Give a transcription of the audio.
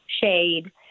shade